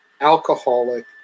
alcoholic